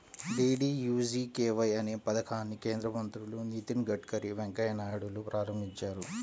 DDUGKY అనే పథకాన్ని కేంద్ర మంత్రులు నితిన్ గడ్కరీ, వెంకయ్య నాయుడులు ప్రారంభించారు